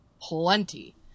Plenty